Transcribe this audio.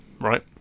right